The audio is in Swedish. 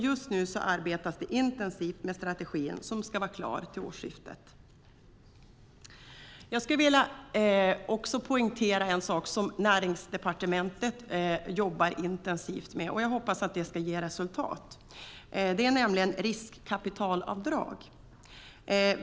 Just nu arbetas det intensivt med strategin, som ska vara klar till årsskiftet. Jag skulle vilja poängtera en sak som Näringsdepartementet jobbar intensivt med, och jag hoppas att det ska ge resultat. Det gäller riskkapitalavdrag.